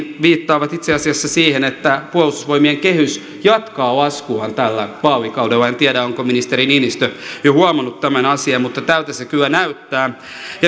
viittaavat itse asiassa siihen että puolustusvoimien kehys jatkaa laskuaan tällä vaalikaudella en tiedä onko ministeri niinistö jo huomannut tämän asian mutta tältä se kyllä näyttää